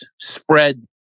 spread